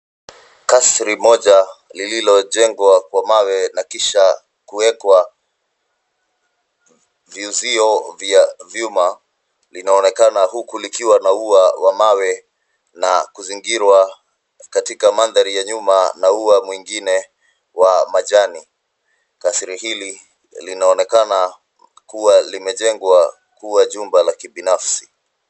Kasri moja lililojengwa kwa mawe na kisha kuwekwa viuzio vya vyuma, linaonekana huku likiwa na ua wa mawe na kuzingirwa katika mandhari ya nyuma na ua mwingine wa majani. Kasri hili linaonekana kuwa limejengwa kuwa jumba la kibinafsi.